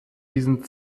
diesen